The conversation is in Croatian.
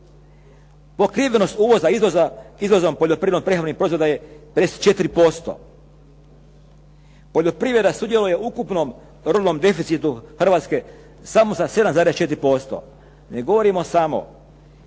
Pokrivenost uvoza izvozom poljoprivredno prehrambenih proizvoda je 54%. Poljoprivreda sudjeluje u ukupnom ruralnom deficitu Hrvatske samo sa 7,4% ne govorim, samo